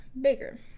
bigger